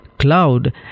Cloud